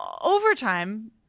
overtime